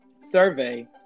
survey